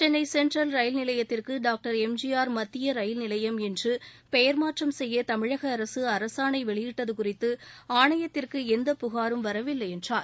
Chennai central rail நிலையத்திற்கு doctor MGR மத்திய rail நிலையம் என்று பெயர் மாற்றம் செய்ய தமிழக அரசு அரசாணை வெளியிட்டது குறித்து ஆணையத்திற்கு எந்த புகாரும் வரவில்லை என்றார்